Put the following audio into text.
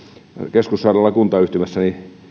keskussairaalakuntayhtymässä